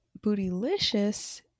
Bootylicious